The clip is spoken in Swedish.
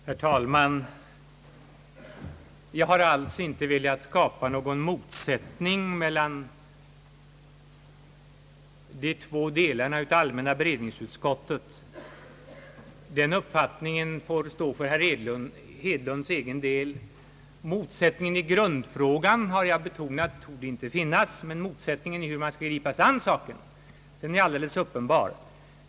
Herr talman! Jag har alls inte velat skapa någon motsättning mellan de två delarna av allmänna beredningsutskottet. Den uppfattningen får stå för herr Hedlunds egen del. Någon motsättning i grundfrågan finns inte, det har jag betonat, däremot råder det motsättning om hur man skall gripa sig an saken. Det är alldeles uppenbart.